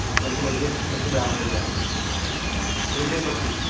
آ بِلکُل أسۍ گٔے أسۍ چھِ ڈاکٹر اعجاز بِلکُل تُہۍ کَتہِ پٮ۪ٹھ چھِو